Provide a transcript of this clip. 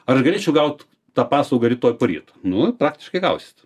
ar aš galėčiau gaut tą paslaugą rytoj poryt nu praktiškai gausit